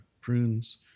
prunes